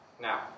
now